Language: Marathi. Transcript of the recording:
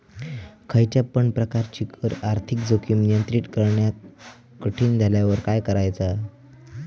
खयच्या पण प्रकारची कर आर्थिक जोखीम नियंत्रित करणा कठीण झाल्यावर काय करायचा?